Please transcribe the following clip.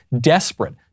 desperate